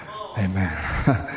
Amen